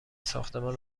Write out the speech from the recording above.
ساختمان